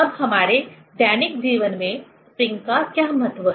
अब हमारे दैनिक जीवन में स्प्रिंग का क्या महत्व है